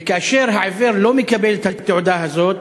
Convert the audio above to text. וכאשר העיוור לא מקבל את התעודה הזאת,